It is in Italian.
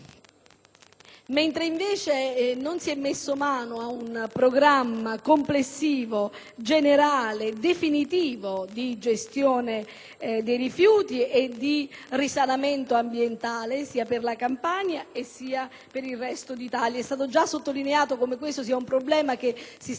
Campania. Non si è messo mano a un programma complessivo, generale e definitivo di gestione dei rifiuti e di risanamento ambientale, sia per la Campania che per il resto d'Italia; è stato già sottolineato come questo sia un problema che si sta ora aggravando